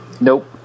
Nope